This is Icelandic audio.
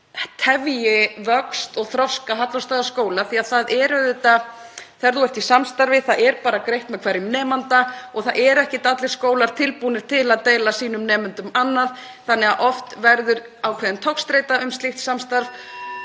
það tefji vöxt og þroska Hallormsstaðaskóla. Þegar þú ert í samstarfi er bara greitt með hverjum nemanda og það eru ekkert allir skólar tilbúnir til að deila sínum nemendum annað þannig að oft verður ákveðin togstreita um slíkt samstarf.